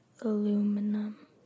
aluminum